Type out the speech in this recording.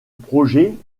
projet